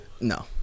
no